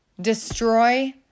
destroy